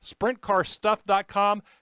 SprintCarStuff.com